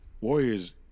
Warriors